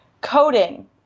coding